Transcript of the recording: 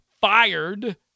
fired